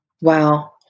Wow